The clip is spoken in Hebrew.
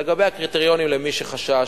לגבי הקריטריונים, למי שחשש.